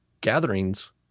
gatherings